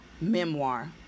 memoir